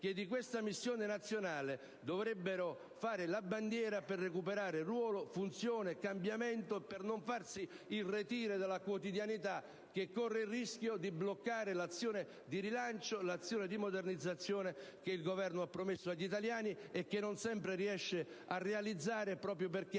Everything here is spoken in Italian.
che di questa missione nazionale dovrebbero fare la bandiera per recuperare ruolo, funzione e cambiamento e per non farsi irretire dalla quotidianità, che corre il rischio di bloccare l'azione di rilancio e di modernizzazione che il Governo ha promesso agli italiani e che non sempre riesce a realizzare, proprio perché